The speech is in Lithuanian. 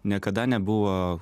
niekada nebuvo